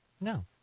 no